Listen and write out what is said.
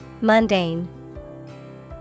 Mundane